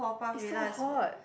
it's so hot